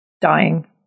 dying